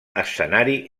escenari